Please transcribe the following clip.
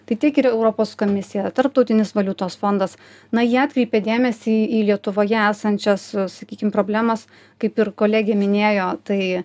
tai tiek ir europos komisija tarptautinis valiutos fondas na jie atkreipė dėmesį į lietuvoje esančias sakykim problemas kaip ir kolegė minėjo tai